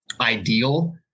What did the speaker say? ideal